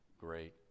great